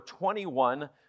21